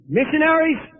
missionaries